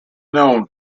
known